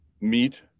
meet